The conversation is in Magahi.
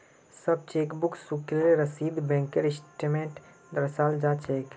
सब चेकबुक शुल्केर रसीदक बैंकेर स्टेटमेन्टत दर्शाल जा छेक